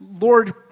Lord